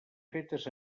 fetes